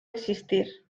existir